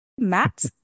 matt